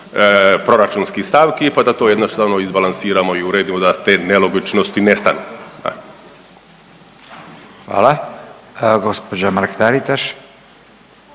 proračunskih stavki pa to jednostavno izbalansiramo i uredimo da te nelogičnosti nestanu. **Radin, Furio